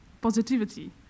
positivity